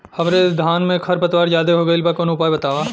हमरे धान में खर पतवार ज्यादे हो गइल बा कवनो उपाय बतावा?